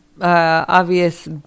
obvious